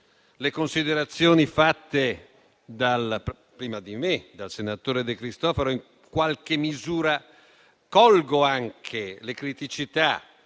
le considerazioni fatte prima di me dal senatore De Cristofaro e, in qualche misura, colgo anche le criticità